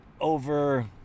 over